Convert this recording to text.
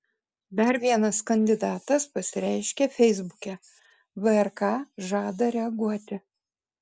dar vienas kandidatas pasireiškė feisbuke vrk žada reaguoti